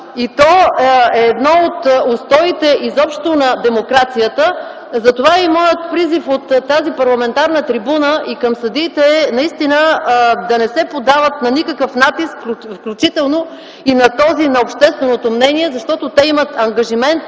и то е едно от устоите изобщо на демокрацията. Затова и моят призив от тази парламентарна трибуна и към съдиите е наистина да не се поддават на никакъв натиск, включително и на този на общественото мнение, защото те имат ангажимент